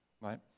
Right